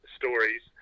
stories